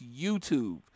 YouTube